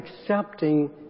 accepting